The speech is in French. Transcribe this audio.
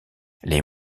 les